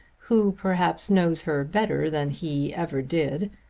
who perhaps knows her better than he ever did,